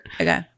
Okay